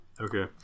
Okay